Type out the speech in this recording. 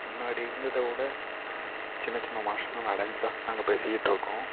முன்னாடி இருந்ததை விட சின்ன சின்ன மாற்றங்கள் அடைஞ்சு தான் நாங்கள் பேசிக்கிட்டிருக்கோம்